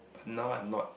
but now I'm not